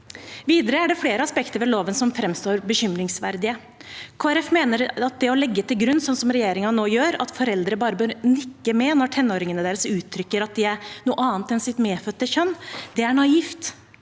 Videre er det flere aspekter ved loven som framstår bekymringsverdige. Kristelig Folkeparti mener at det å legge til grunn, som regjeringen nå gjør, at foreldre bare bør nikke med når tenåringene deres uttrykker at de er noe annet enn sitt medfødte kjønn, er naivt.